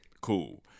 cool